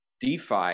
DeFi